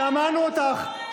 שמענו אותך.